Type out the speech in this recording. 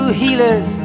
healers